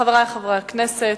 חברי חברי הכנסת,